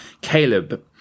Caleb